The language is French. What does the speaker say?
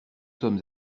sommes